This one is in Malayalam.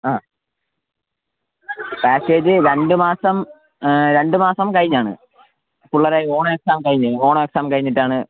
ആ പാക്കേജ് രണ്ട് മാസം രണ്ട് മാസം കഴിഞ്ഞാണ് പിള്ളേരെ ഓണം എക്സാം കഴിഞ്ഞു ഓണം എക്സാം കഴിഞ്ഞിട്ടാണ്